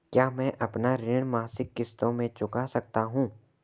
क्या मैं अपना ऋण मासिक किश्तों में चुका सकता हूँ?